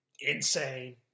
Insane